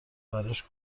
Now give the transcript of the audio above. براش